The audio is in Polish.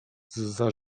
zza